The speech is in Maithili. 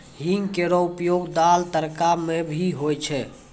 हींग केरो उपयोग दाल, तड़का म भी होय छै